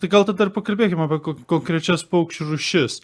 tai gal tada pakalbėkim apie konkrečias paukščių rūšis